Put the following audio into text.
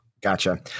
Gotcha